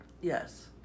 Yes